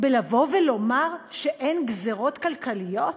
בלבוא ולומר שאין גזירות כלכליות,